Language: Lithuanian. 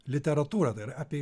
literatūrą tai yra apie